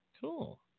Cool